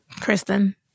Kristen